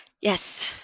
Yes